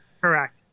Correct